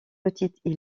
petites